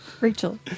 Rachel